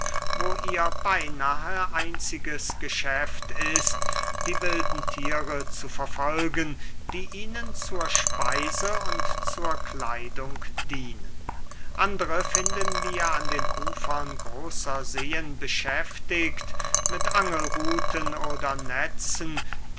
wo ihr beynahe einziges geschäft ist die wilden thiere zu verfolgen die ihnen zur speise und zur kleidung dienen andere finden wir an den ufern großer seen beschäftigt mit angelruthen oder netzen